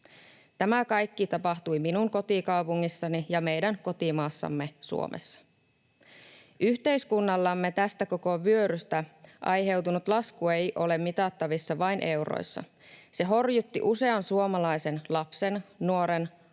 Tämä kaikki tapahtui minun kotikaupungissani ja meidän kotimaassamme, Suomessa. Yhteiskunnallemme tästä koko vyörystä aiheutunut lasku ei ole mitattavissa vain euroissa. Se horjutti usean suomalaisen lapsen, nuoren,